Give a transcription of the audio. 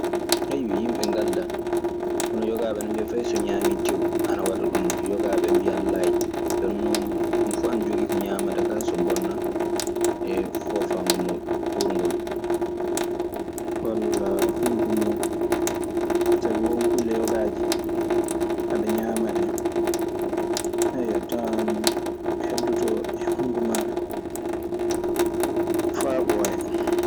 yimɓe ngaldaa hono yogaa ɓe ana mbiya fey so ñaami tew, aɗa waɗa ɗum non yogaa ɓe mbiyya lay. Jonnoo homo fuu ana joggi ko ñaamata kaa, so bonna foofaango muuɗum, uurngol.